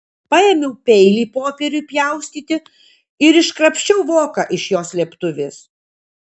paėmiau peilį popieriui pjaustyti ir iškrapščiau voką iš jo slėptuvės